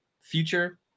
future